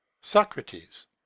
Socrates